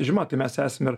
žyma tai mes esame ir